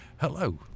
Hello